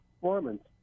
performance